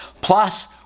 Plus